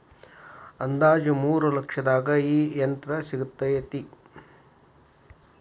ಅಂದಾಜ ಮೂರ ಲಕ್ಷದಾಗ ಈ ಯಂತ್ರ ಸಿಗತತಿ